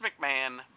McMahon